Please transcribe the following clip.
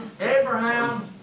Abraham